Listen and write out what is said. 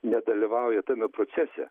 nedalyvauja tame procese